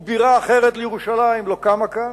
ובירה אחרת לירושלים לא קמה כאן,